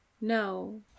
No